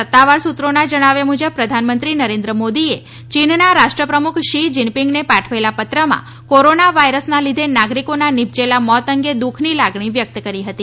સત્તાવાર સૂત્રોના જણાવ્યા મુજબ પ્રધાનમંત્રી નરેન્દ્ર મોદીએ ચીનના રાષ્ટ્રપ્રમુખ શ્રી જીનપિંગને પાઠવેલા પત્રમાં કોરોના વાયરસના લીધે નાગરિકોના નીપજેલા મોત અંગે દુઃખની લાગણી વ્યક્ત કરી હતી